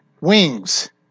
wings